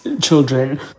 children